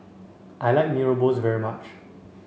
I like Mee Rebus very much